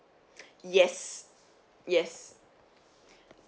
yes yes